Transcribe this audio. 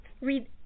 read